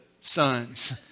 sons